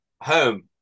Home